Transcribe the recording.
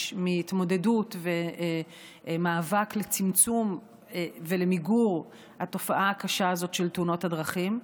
מהתמודדות וממאבק לצמצום ולמיגור התופעה הקשה הזאת של תאונות הדרכים.